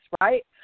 right